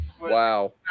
Wow